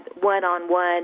one-on-one